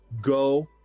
Go